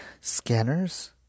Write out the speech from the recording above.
scanners